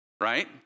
right